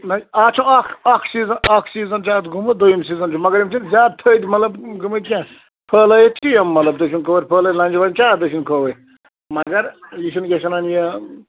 اَتھ چھُ اَکھ اَکھ سیٖزن اَکھ سیٖزن چھُ اَتھ گوٚمُت دوٚیِم سیٖزن چھُ مگر یِم چھِ زیادٕ تٔھدۍ مطلب گٔمٕتۍ کیٛاہ پھہلٲیَتھ چھِ یِم مطلب دٔچھِنۍ کھوؤرۍ پھہلٲیِتھ لَنٛجہِ ونٛجہِ کیٛاہ دٔچھِنۍ کھووٕرۍ مگر یہِ چھُنہٕ کیٛاہ چھِ وَنان یہِ